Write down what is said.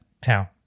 town